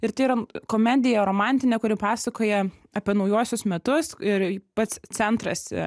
ir tai yra komedija romantinė kuri pasakoja apie naujuosius metus ir pats centras